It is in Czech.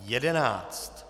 11.